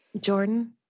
Jordan